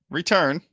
Return